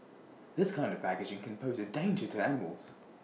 this kind of packaging can pose A danger to animals